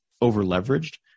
over-leveraged